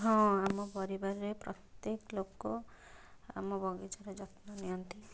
ହଁ ଆମ ପରିବାରରେ ପ୍ରତ୍ଯେକ ଲୋକ ଆମ ବଗିଚାର ଯତ୍ନ ନିଅନ୍ତି